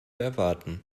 erwarten